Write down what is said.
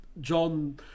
John